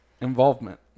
Involvement